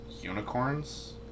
unicorns